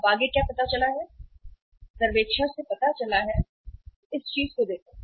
अब आगे क्या पता चला है सर्वेक्षण से पता चला है कि इस चीज़ को देखो